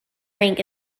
rank